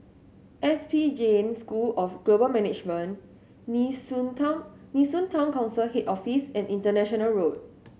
S P Jain School of Global Management Nee Soon Town Nee Soon Town Council Head Office and International Road